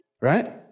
right